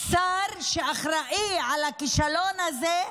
השר שאחראי לכישלון הזה,